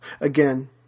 Again